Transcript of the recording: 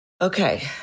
Okay